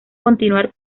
continuar